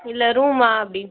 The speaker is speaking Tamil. இல்லை ரூம்மா அப்படி